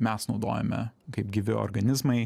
mes naudojame kaip gyvi organizmai